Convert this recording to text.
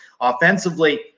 offensively